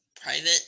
private